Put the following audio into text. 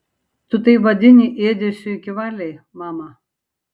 tu tai vadini ėdesiu iki valiai mama